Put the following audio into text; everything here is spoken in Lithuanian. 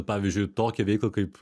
pavyzdžiui tokią veiklą kaip